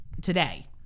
today